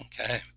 Okay